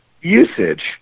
usage